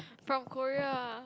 from Korea